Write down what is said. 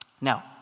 Now